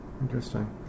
Interesting